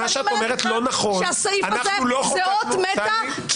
אני אומרת לך שהסעיף הזה זה אות מתה,